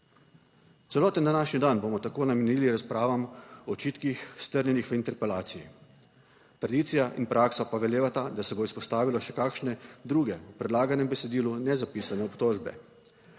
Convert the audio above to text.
Celoten današnji dan bomo tako namenili razpravam o očitkih strnjenih v interpelaciji. Tradicija in praksa pa velevata, da se bo izpostavilo še kakšne druge v predlaganem besedilu nezapisane obtožbe.